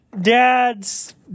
Dad's